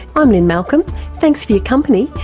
i'm lynne malcolm, thanks for your company.